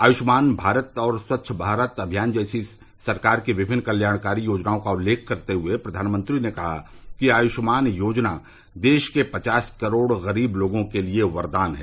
आयुष्मान भारत और स्वच्छ भारत अभियान जैसी सरकार की विभिन्न कल्याणकारी योजनाओं का उल्लेख करते हुए प्रधानमंत्री ने कहा कि आयुष्मान योजना देश के पचास करोड़ ग़रीब लोगों के लिए वरदान है